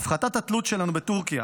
הפחתת התלות שלנו בטורקיה